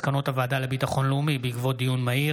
מסקנות הוועדה לביטחון לאומי בעקבות דיון מהיר